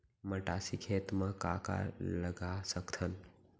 मटासी खेत म का का लगा सकथन?